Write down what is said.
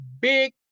big